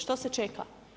Što se čeka?